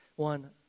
One